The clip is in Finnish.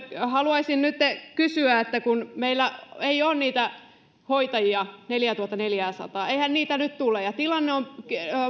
haluaisin nytten kysyä että kun meillä ei ole niitä hoitajia neljäätuhattaneljääsataa eihän niitä nyt tule ja tilanne on